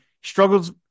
struggles